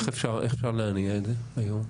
איך אפשר להניע את זה היום?